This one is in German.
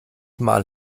mal